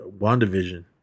WandaVision